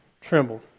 trembled